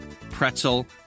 pretzel